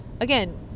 again